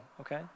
okay